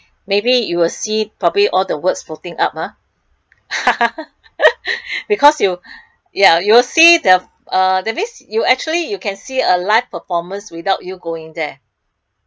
maybe you will see probably all the words floating up ah because you ya you'll see the uh that means you actually can see a live performance without you going there